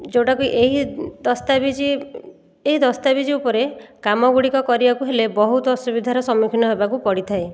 ଯେଉଁଟାକି ଏହି ଦସ୍ତାବିଜ୍ ଏହି ଦସ୍ତାବିଜ୍ ଉପରେ କାମ ଗୁଡ଼ିକ କରିବାକୁ ହେଲେ ବହୁତ ଅସୁବିଧାର ସମ୍ମୁଖୀନ ହେବାକୁ ପଡ଼ିଥାଏ